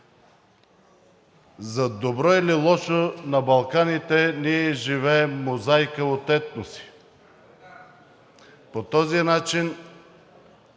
За добро или лошо на Балканите ние живеем в мозайка от етноси. По този начин